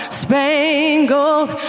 spangled